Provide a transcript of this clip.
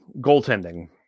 goaltending